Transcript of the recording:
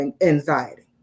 anxiety